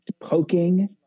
poking